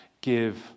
give